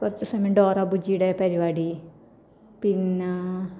കുറച്ചു സമയം ഡോറാ ബുജിയുടെ പരിപാടി പിന്നെ